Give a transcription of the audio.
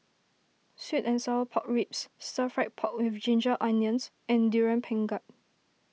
Sweet and Sour Pork Ribs Stir Fried Pork with Ginger Onions and Durian Pengat